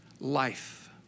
life